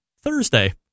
Thursday